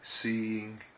seeing